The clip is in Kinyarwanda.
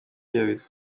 yanditse